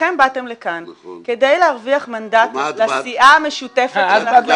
שניכם באתם לכאן כדי להרוויח מנדט לסיעה המשותפת שלכם -- נכון.